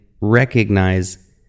recognize